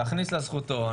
להכניס את זה לזכותון